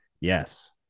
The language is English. Yes